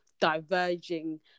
diverging